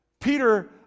Peter